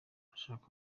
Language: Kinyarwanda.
urashaka